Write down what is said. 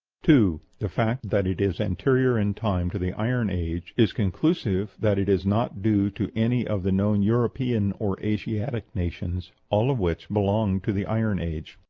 two. the fact that it is anterior in time to the iron age is conclusive that it is not due to any of the known european or asiatic nations, all of which belong to the iron age.